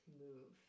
move